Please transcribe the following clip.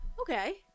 Okay